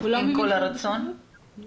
בוודאי, אני אתן לך לפני שאני מסכמת.